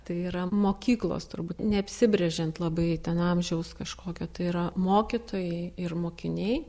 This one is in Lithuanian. tai yra mokyklos turbūt neapsibrėžiant labai ten amžiaus kažkokio tai yra mokytojai ir mokiniai